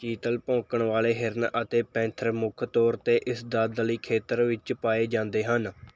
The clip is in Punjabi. ਚੀਤਲ ਭੌਂਕਣ ਵਾਲੇ ਹਿਰਨ ਅਤੇ ਪੈਂਥਰ ਮੁੱਖ ਤੌਰ ਉੱਤੇ ਇਸ ਦਲਦਲੀ ਖੇਤਰ ਵਿੱਚ ਪਾਏ ਜਾਂਦੇ ਹਨ